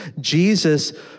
Jesus